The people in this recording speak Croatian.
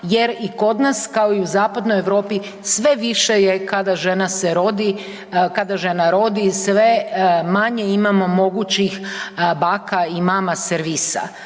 jer i kod nas, kao u zapadnoj Europi sve više je kada žena se rodi, kada žena rodi, sve manje imamo mogućih baka i mama servisa.